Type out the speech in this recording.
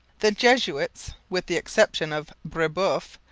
the jesuits, with the exception of brebeuf,